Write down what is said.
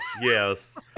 Yes